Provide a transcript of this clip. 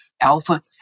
alpha